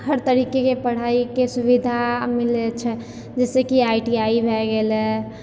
हर तरीकेके पढ़ाइके सुविधा मिलै छै जैसे कि आइ टी आइ भए गेलै